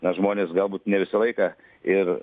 na žmonės galbūt ne visą laiką ir